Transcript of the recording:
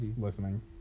Listening